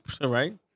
Right